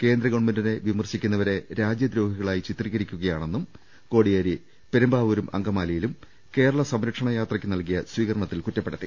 കേന്ദ്ര ഗവൺമെന്റിനെ വിമർശിക്കുന്ന വരെ രാജ്യദ്രോഹികളായി ചിത്രീകരിക്കുകയാണെന്നും കോടിയേരി പെരുമ്പാവൂരും അങ്കമാലിയിലും കേരള സംരക്ഷണ യാത്രയ്ക്കു നൽകിയ സ്വീകരണത്തിൽ കുറ്റപ്പെടുത്തി